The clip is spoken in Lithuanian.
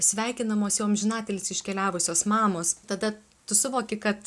sveikinamos jau amžinatilsį iškeliavusios mamos tada tu suvoki kad